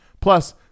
Plus